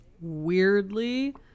weirdly